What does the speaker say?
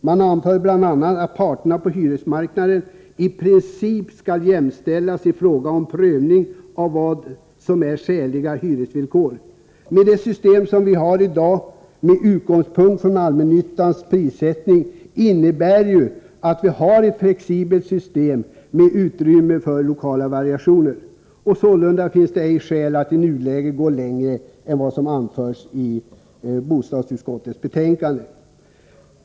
Man anför bl.a. att parterna på hyresmarknaden i princip skall jämställas i fråga om prövning av vad som är skäliga hyresvillkor. Med det system vi i dag har och med utgångspunkt från allmännyttans prissättning innebär det ju att vi har ett flexibelt system med utrymme för lokala variationer. Sålunda finns det ej skäl att i nuläget gå längre än vad som anförts i bostadsutskottets betänkande.